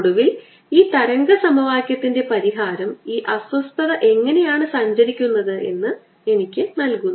ഒടുവിൽ ഈ തരംഗ സമവാക്യത്തിൻറെ പരിഹാരം ഈ അസ്വസ്ഥത എങ്ങനെയാണ് സഞ്ചരിക്കുന്നത് എന്ന് എനിക്ക് നൽകുന്നു